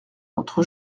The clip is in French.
entre